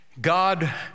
God